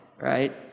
Right